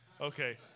Okay